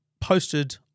posted